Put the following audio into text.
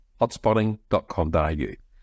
hotspotting.com.au